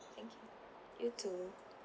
thank you you too